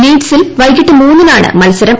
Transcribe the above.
ലീഡ്സിൽ വൈകിട്ട് മൂന്നിനാണ് മത്സരം